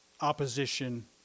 opposition